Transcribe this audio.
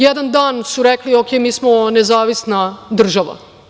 Jedan dan su rekli – ok, mi smo nezavisna država.